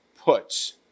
puts